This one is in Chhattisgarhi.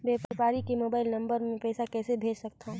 व्यापारी के मोबाइल नंबर मे पईसा कइसे भेज सकथव?